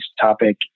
topic